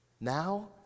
now